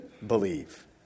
believe